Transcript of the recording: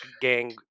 gang